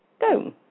go